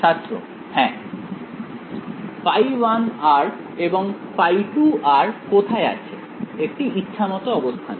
ছাত্র হ্যাঁ ϕ1 এবং ϕ2 কোথায় আছে একটি ইচ্ছামত অবস্থানে